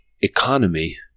economy